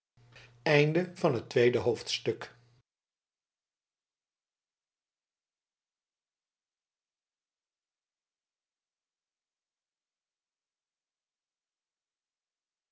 klonk het tweede